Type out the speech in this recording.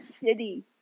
city